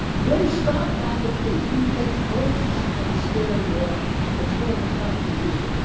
when stopped by the police, we place both hands on the steering wheel at the twelve o'clock position.